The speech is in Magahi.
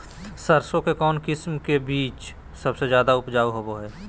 सरसों के कौन किस्म के बीच सबसे ज्यादा उपजाऊ होबो हय?